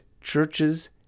churches